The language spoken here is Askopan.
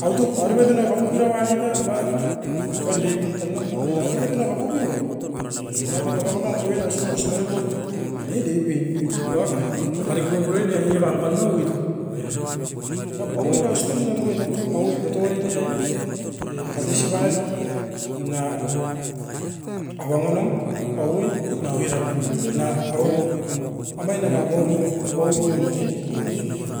Autup arepait era kopo bira wan niita mai apande bintan nam nanga itabirabai tana kapubio, e manabu tawakapan kobin asibo kosingareboi mani devin oit era takarikoa purain auniba. Dake riki pau puraine aineban konnou itou, e manap pao raistun dan moita paui datuiranoi a- e e katoisipai na awanga nam paui na oiran ne na awan amain nanga paumio, apaumio na e.